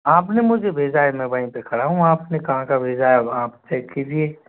आप ने मुझे भेजा है मैं वहीं पर खड़ा हूँ आप ने कहाँ का भेजा है आप चेक कीजिए